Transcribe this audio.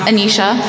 Anisha